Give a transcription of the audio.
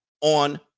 on